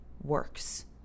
works